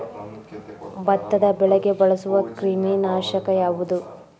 ಭತ್ತದ ಬೆಳೆಗೆ ಬಳಸುವ ಕ್ರಿಮಿ ನಾಶಕ ಯಾವುದು?